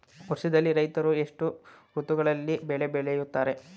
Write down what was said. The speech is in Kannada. ವರ್ಷದಲ್ಲಿ ರೈತರು ಎಷ್ಟು ಋತುಗಳಲ್ಲಿ ಬೆಳೆ ಬೆಳೆಯುತ್ತಾರೆ?